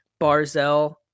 Barzell